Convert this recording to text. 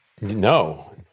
No